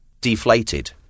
deflated